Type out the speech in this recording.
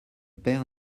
père